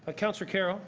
ah councillor carroll